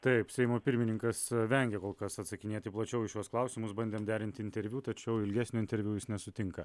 taip seimo pirmininkas vengia kol kas atsakinėti plačiau į šiuos klausimus bandėm derinti interviu tačiau ilgesnio interviu jis nesutinka